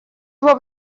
его